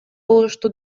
болушту